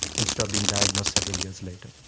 instead of being diagnosed several years later.